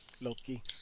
Loki